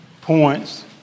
points